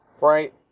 right